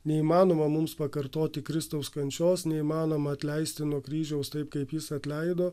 neįmanoma mums pakartoti kristaus kančios neįmanoma atleisti nuo kryžiaus taip kaip jis atleido